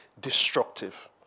destructive